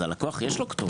אז הלקוח, יש לו כתובת.